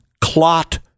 clot